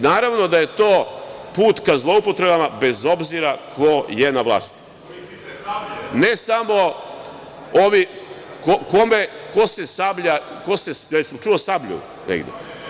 Naravno da je to put ka zloupotrebama, bez obzira ko je na vlasti. (Blaža Knežević: „Sablja“.) Da li sam čuo „Sablja“ negde?